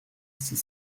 six